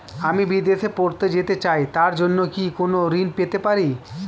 আমি বিদেশে পড়তে যেতে চাই তার জন্য কি কোন ঋণ পেতে পারি?